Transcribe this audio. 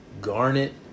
garnet